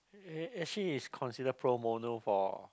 actually it's consider pro bono for